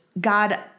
God